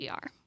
GR